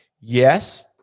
Yes